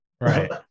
Right